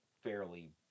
fairly